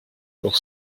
pour